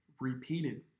repeated